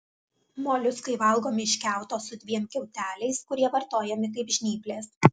moliuskai valgomi iš kiauto su dviem kiauteliais kurie vartojami kaip žnyplės